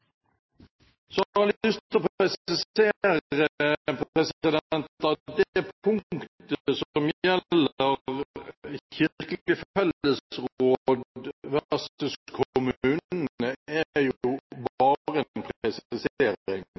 Så har jeg lyst til å understreke at det punktet som gjelder Kirkelig